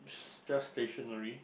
just stationary